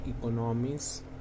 economies